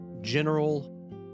general